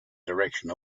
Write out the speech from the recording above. direction